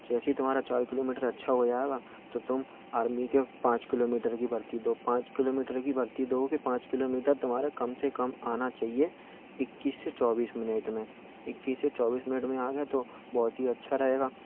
जैसे ही तुम्हारा चार किलोमीटर अच्छा हो जाएगा तो तुम आर्मी के पाँच किलोमीटर की भर्ती दो पाँच किलोमीटर की भर्ती दोगे पाँच किलोमीटर तुम्हारा कम से कम आना चाहिए इक्कीस से चौबीस मिनट में इक्कीस से चौबीस मिनट में आ गए तो बहुत ही अच्छा रहेगा